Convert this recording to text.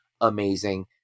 amazing